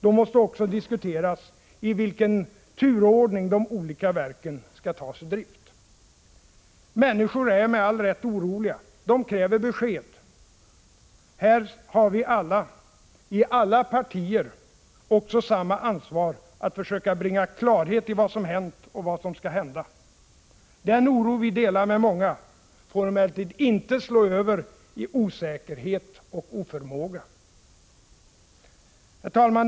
Då måste man också diskutera i vilken turordning de olika verken skall tas ur drift. Människor är — med all rätt — oroliga. De kräver besked. Här har vi alla, i alla partier, också samma ansvar att försöka bringa klarhet i vad som hänt och vad som skall hända. Den oro vi delar med många får emellertid inte slå över i osäkerhet och oförmåga. Herr talman!